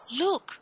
Look